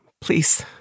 please